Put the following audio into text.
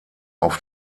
auf